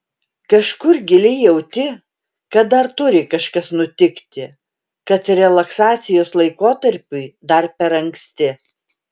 kažkur giliai jauti kad dar turi kažkas nutikti kad relaksacijos laikotarpiui dar per anksti